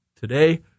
Today